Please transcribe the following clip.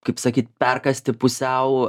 kaip sakyt perkąsti pusiau